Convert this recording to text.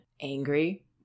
angry